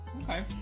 Okay